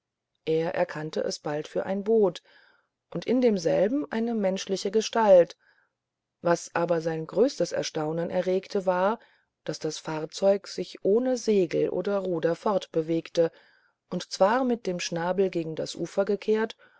er erkannte es bald für ein boot und in demselben eine menschliche gestalt was aber sein größtes erstaunen erregte war daß das fahrzeug sich ohne segel oder ruder fortbewegte und zwar mit dem schnabel gegen das ufer gekehrt